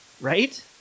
Right